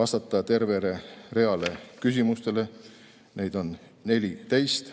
vastata tervele reale küsimustele. Neid on 14.